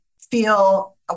feel